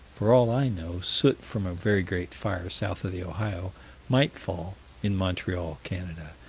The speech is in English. for all i know, soot from a very great fire south of the ohio might fall in montreal, canada,